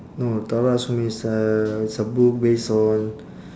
no tara sue me is a it's a book based on